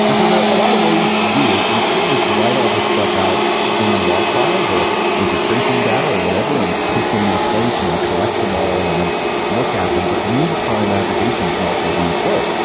and so there are a lot of ways to do it. you could just write all this stuff out in your log files, or with your tracing data, or whatever and put them in a place and then collect them all and then look at them. but read time aggregation can also be slow,